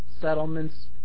settlements